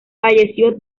falleció